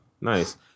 Nice